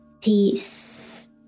peace